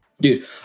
dude